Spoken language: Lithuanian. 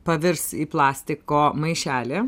pavirs į plastiko maišelį